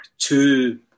two